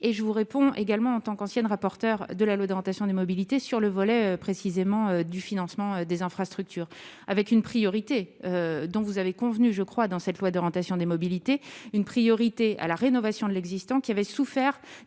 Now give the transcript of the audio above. et je vous réponds également en tant qu'ancienne, rapporteur de la loi d'orientation des mobilités, sur le volet précisément du financement des infrastructures avec une priorité dont vous avez convenu, je crois, dans cette loi d'orientation des mobilités une priorité à la rénovation de l'existant, qui avait souffert